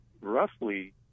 roughly